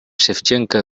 шевченко